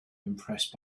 impressed